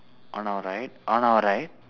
on our right on our right